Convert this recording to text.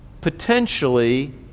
potentially